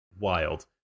wild